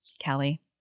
Kelly